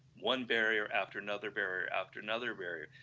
one barrier after another barrier, after another barrier,